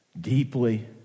deeply